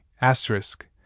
asterisk